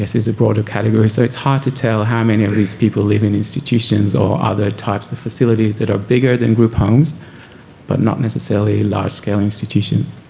is a broader category. so it's hard to tell how many of these people live in institutions or other types of facilities that are bigger than group homes but not necessarily large scale institutions.